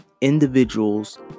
individuals